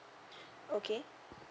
okay